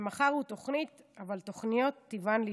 שמחר הוא תוכנית, אבל תוכניות טיבן להשתנות.